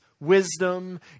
Wisdom